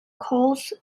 calls